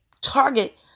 target